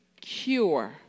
cure